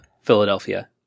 Philadelphia